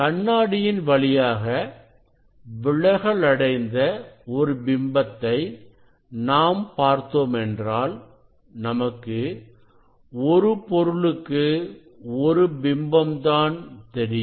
கண்ணாடியின் வழியாக விலகல் அடைந்த ஒரு பிம்பத்தை நாம் பார்த்தோமென்றால் நமக்கு ஒரு பொருளுக்கு ஒரு பிம்பம் தான் தெரியும்